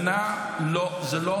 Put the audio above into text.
זה לא